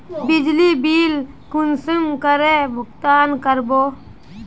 बिजली बिल कुंसम करे भुगतान कर बो?